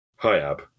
Hiab